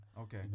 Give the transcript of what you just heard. Okay